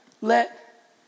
let